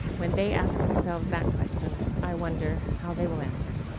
when they ask themselves that question, i wonder how they will answer.